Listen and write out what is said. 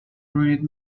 ruined